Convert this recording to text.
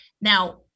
Now